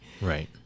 Right